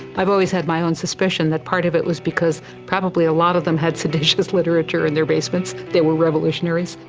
i've always had my own suspicion that part of it was because probably a lot of them had seditious literature in their basements. they were revolutionaries.